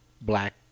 black